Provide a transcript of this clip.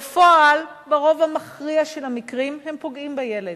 בפועל, ברוב המכריע של המקרים הם פוגעים בילד,